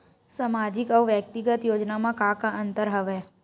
सामाजिक अउ व्यक्तिगत योजना म का का अंतर हवय?